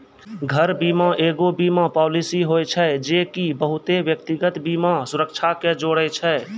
घर बीमा एगो बीमा पालिसी होय छै जे की बहुते व्यक्तिगत बीमा सुरक्षा के जोड़े छै